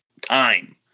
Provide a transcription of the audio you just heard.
time